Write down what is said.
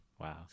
Wow